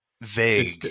vague